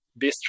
bistro